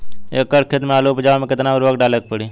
एक एकड़ खेत मे आलू उपजावे मे केतना उर्वरक डाले के पड़ी?